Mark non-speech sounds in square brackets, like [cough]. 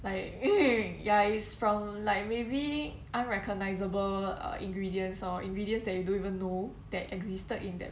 like [noise] ya is from like maybe unrecognisable ingredients or ingredients that you don't even know that existed in that